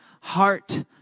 heart